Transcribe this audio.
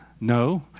No